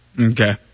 Okay